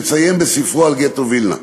מציין בספרו על גטו וילנה: